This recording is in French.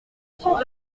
cent